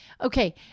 Okay